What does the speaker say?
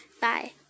bye